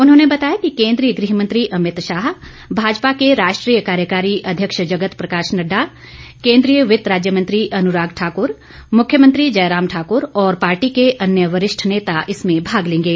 उन्होंने बताया कि केंद्रीय गृह मंत्री अमित शाह भाजपा के राष्ट्रीय कार्यकारी अध्यक्ष जगत प्रकाश नड्डा केंद्रीय वित्त राज्य मंत्री अनुराग ठाकुर मुख्यमंत्री जयराम ठाकुर और पार्टी के अन्य वरिष्ठ नेता इसमें भाग लेंगे